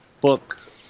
book